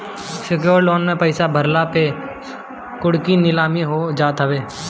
secured loan में पईसा ना भरला पे कुड़की नीलामी हो जात हवे